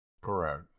Correct